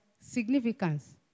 significance